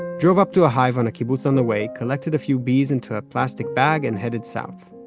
drove up to a hive on a kibbutz on the way, collected a few bees into a plastic bag, and headed south.